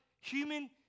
human